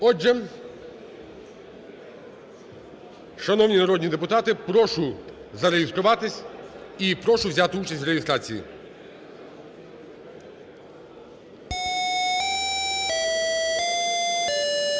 Отже, шановні народні депутати, прошу зареєструватись і прошу взяти участь в реєстрації. 10:04:13 У залі